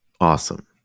Awesome